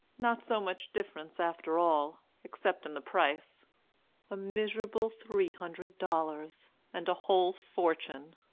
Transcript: not so much difference after all except in the price a miserable three hundred dollars and a whole fortune.